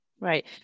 Right